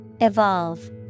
Evolve